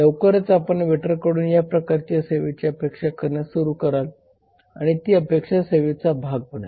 लवकरच आपण वेटरकडून या प्रकारच्या सेवेची अपेक्षा करण्यास सुरुवात कराल आणि ती अपेक्षित सेवेचा भाग बनेल